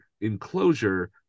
enclosure